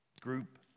group